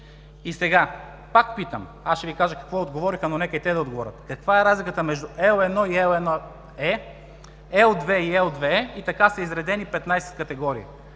И сега, пак питам, ще Ви кажа какво отговориха, но нека и те да отговорят. Каква е разликата между L1 и Le, L2 и L2e и така са изредени 15 категории?